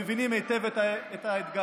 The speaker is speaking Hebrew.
שמבינים היטב את האתגר.